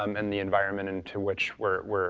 um and the environment into which we're we're